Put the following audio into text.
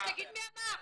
אתה תגיד מי אמר.